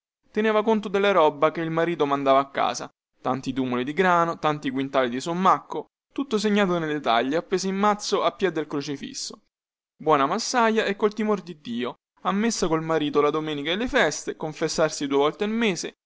teneva conto della roba che il marito mandava a casa tanti tumoli di grano tanti quintali di sommacco tutto segnato nelle taglie appese in mazzo a piè del crocifisso buona massaia e col timor di dio a messa col marito la domenica e le feste confessarsi due volte al mese